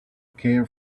care